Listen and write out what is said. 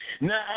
Now